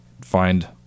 find